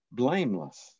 blameless